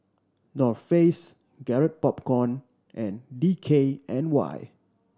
North Face Garrett Popcorn and D K N Y